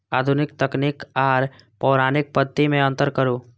आधुनिक तकनीक आर पौराणिक पद्धति में अंतर करू?